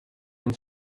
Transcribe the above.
been